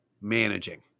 managing